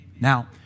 Now